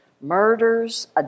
murders